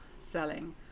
selling